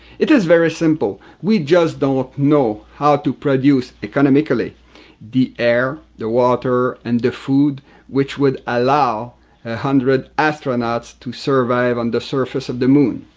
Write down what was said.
it is very simple we just don't know how to produce economically the air, the water and the food which would allow a hundred astronauts to survive on the surface on the moon.